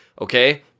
Okay